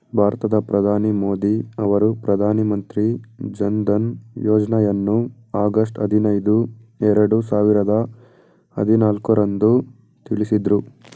ಭಾರತದ ಪ್ರಧಾನಿ ಮೋದಿ ಅವರು ಪ್ರಧಾನ ಮಂತ್ರಿ ಜನ್ಧನ್ ಯೋಜ್ನಯನ್ನು ಆಗಸ್ಟ್ ಐದಿನೈದು ಎರಡು ಸಾವಿರದ ಹದಿನಾಲ್ಕು ರಂದು ತಿಳಿಸಿದ್ರು